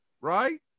right